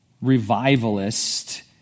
revivalist